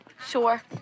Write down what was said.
Sure